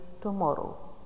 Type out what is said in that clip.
tomorrow